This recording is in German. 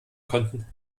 konnten